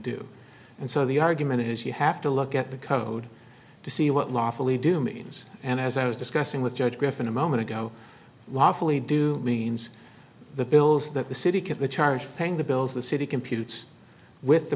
do and so the argument is you have to look at the code to see what lawfully do means and as i was discussing with judge griffin a moment ago lawfully do means the bills that the city can charge paying the bills the city computes with the